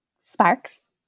sparks